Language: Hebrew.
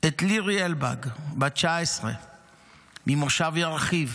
את לירי אלבג, בת 19 ממושב ירחיב,